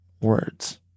words